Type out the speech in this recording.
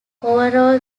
overall